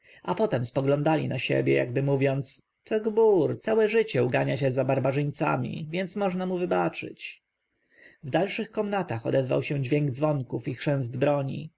a potem spoglądali na siebie jakby mówiąc to gbur całe życie ugania się za barbarzyńcami więc można mu wybaczyć w dalszych komnatach odezwał się dźwięk dzwonków i chrzęst broni